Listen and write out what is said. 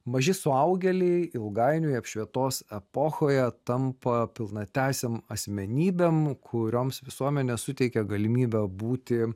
maži suaugėliai ilgainiui apšvietos epochoje tampa pilnateisiam asmenybėms kurioms visuomenė suteikia galimybę būti